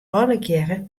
allegearre